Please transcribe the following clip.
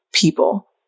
people